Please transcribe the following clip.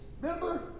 Remember